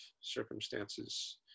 circumstances